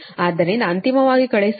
ಆದ್ದರಿಂದ ಅಂತಿಮವಾಗಿ ಕಳುಹಿಸುವ ವೋಲ್ಟೇಜ್ 11